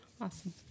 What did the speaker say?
Awesome